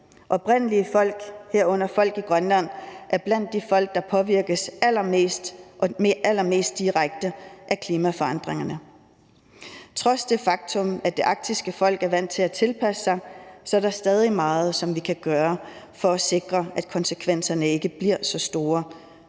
herunder folk i Grønland, er blandt de folk, der påvirkes allermest direkte af klimaforandringerne. Trods det faktum, at de arktiske folk er vant til at tilpasse sig, er der stadig meget, vi kan gøre for at sikre, at konsekvenserne af klimakrisen ikke bliver så store.